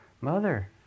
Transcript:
mother